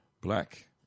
Black